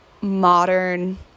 modern